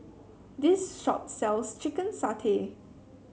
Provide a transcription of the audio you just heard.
this shop sells Chicken Satay